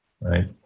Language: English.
right